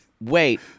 Wait